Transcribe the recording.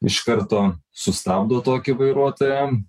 iš karto sustabdo tokį vairuotoją